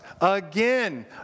Again